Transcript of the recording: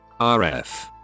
RF